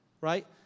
Right